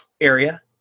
area